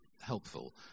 helpful